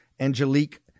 Angelique